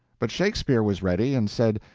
but shakespeare was ready and said,